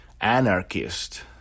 anarchist